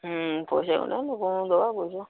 ହୁଁ କହିବାକୁ ଗଲେ ମୋ